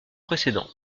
précédent